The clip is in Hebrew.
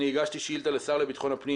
אני הגשתי שאילתה לשר לבטחון הפנים